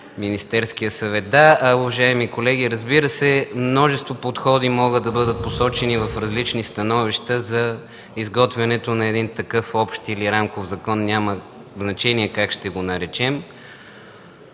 Министерския съвет. Да, уважаеми колеги, разбира се, множество подходи могат да бъдат посочени в различни становища за изготвянето на един такъв общ или рамков закон, няма значение как ще го наречем.